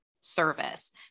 service